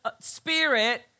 spirit